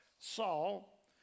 Saul